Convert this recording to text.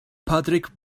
patrick